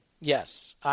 Yes